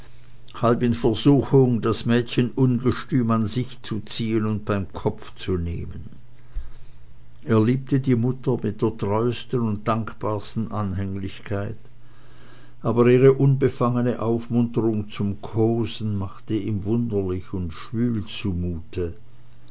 halb in versuchung das mädchen ungestüm an sich zu ziehen und beim kopf zu nehmen er liebte die mutter mit der treusten und dankbarsten anhänglichkeit aber ihre unbefangene aufmunterung zum kosen machte ihm wunderlich und schwül